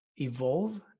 evolve